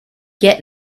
get